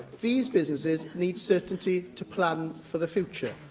these businesses need certainty to plan for the future.